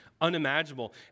unimaginable